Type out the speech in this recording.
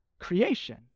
creation